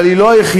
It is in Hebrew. אבל היא לא היחידה.